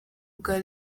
bwa